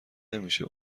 نمیشه